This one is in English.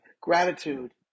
gratitude